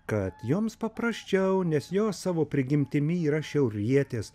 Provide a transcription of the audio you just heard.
kad joms paprasčiau nes jos savo prigimtimi yra šiaurietės